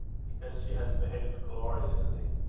because she has behaved gloriously.